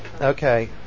Okay